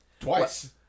Twice